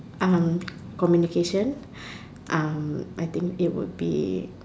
communication I think it will be